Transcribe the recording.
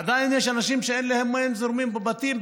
עדיין יש אנשים שאין להם מים זורמים בבתים,